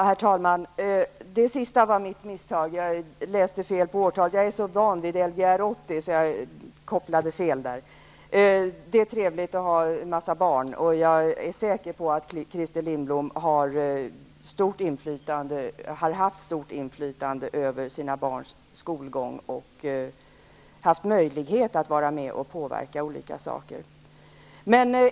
Herr talman! Det sist anförda var mitt misstag. Jag läste fel på årtalet. Jag är så van vid Lgr 80 att jag kopplade fel. Det är trevligt att ha en mängd barn. Jag är säker på att Christer Lindblom har haft stort inflytande över sina barns skolgång och har haft möjlighet att vara med och påverka olika beslut.